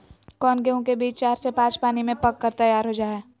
कौन गेंहू के बीज चार से पाँच पानी में पक कर तैयार हो जा हाय?